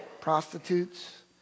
prostitutes